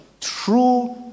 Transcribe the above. true